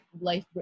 life